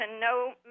No